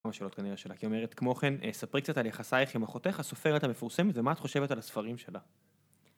השאלות כנראה שלה כי אומרת כמו כן ספרי קצת על יחסייך עם אחותך הסופרת המפורסמת ומה את חושבת על הספרים שלה